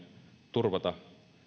turvata